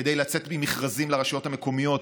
כדי לצאת ממכרזים לרשויות המקומיות,